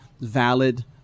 valid